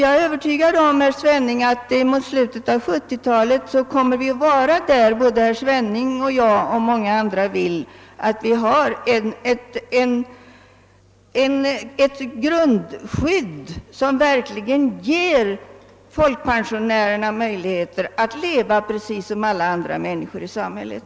Jag är övertygad om att vi mot slutet av 1970-talet, såsom både herr Svenning och jag och många andra vill, kommer att ha fått ett grundskydd, som verkligen ger folkpensionärerna möjligheter att leva jämställda med alla andra människor i samhället.